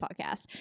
podcast